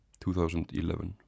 2011